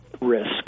risk